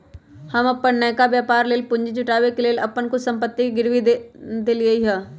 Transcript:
हम अप्पन नयका व्यापर लेल पूंजी जुटाबे के लेल अप्पन कुछ संपत्ति के गिरवी ध देलियइ ह